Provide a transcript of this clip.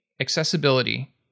accessibility